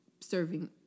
serving